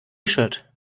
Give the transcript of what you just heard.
shirt